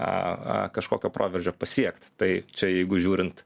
a kažkokio proveržio pasiekt tai čia jeigu žiūrint